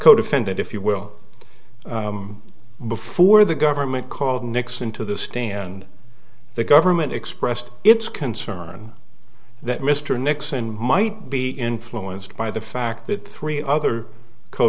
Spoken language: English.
codefendant if you will before the government called nixon to the stand and the government expressed its concern that mr nixon might be influenced by the fact that three other co